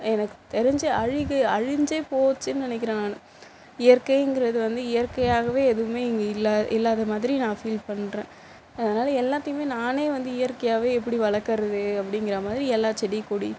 எனக்கு தெரிஞ்சு அழுகி அழிஞ்சே போச்சுன்னு நினைக்கிறேன் நான் இயற்கைங்கிறது வந்து இயற்கையாகவே எதுவுமே இங்கே இல்லை இல்லாத மாதிரி நான் ஃபீல் பண்றேன் அதனால எல்லாத்தியுமே நானே வந்து இயற்கையாகவே எப்படி வளர்க்கறது அப்படிங்குற மாதிரி எல்லா செடி கொடி